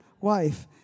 wife